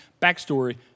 backstory